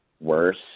worse